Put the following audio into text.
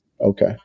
Okay